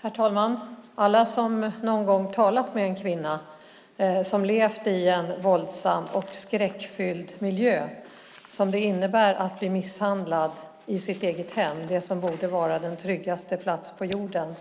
Herr talman! Alla som någon gång har talat med en kvinna som levt i en våldsam och skräckfylld miljö, som det innebär att bli misshandlad i sitt eget hem, det som borde vara den tryggaste platsen på jorden,